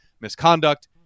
misconduct